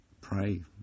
Pray